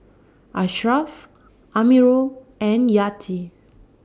Ashraff Amirul and Yati